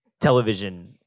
Television